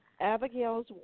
Abigail's